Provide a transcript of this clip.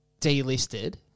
delisted